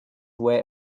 way